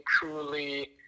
truly